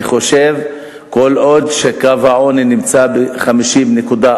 אני חושב שכל עוד קו העוני נמצא ב-50.4%,